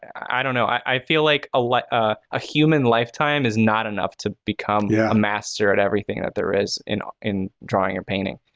i don't know, i feel like ah like ah a human lifetime is not enough to become yeah a master at everything that there is in in drawing or painting.